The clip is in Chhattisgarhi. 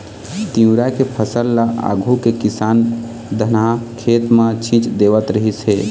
तिंवरा के फसल ल आघु के किसान धनहा खेत म छीच देवत रिहिस हे